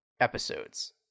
episodes